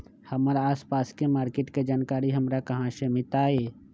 हमर आसपास के मार्किट के जानकारी हमरा कहाँ से मिताई?